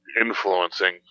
influencing